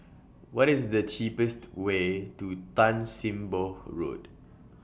What IS The cheapest Way to Tan SIM Boh Road